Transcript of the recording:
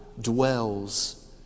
dwells